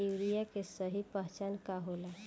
Urea के सही पहचान का होला?